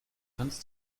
kannst